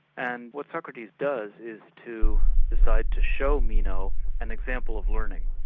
and what socrates does is to decide to show meno an example of learning,